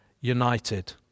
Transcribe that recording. united